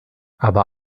aber